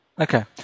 Okay